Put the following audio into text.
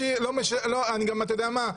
אתה יודע מה?